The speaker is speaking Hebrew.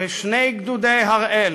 בשני גדודי הראל